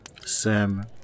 Sam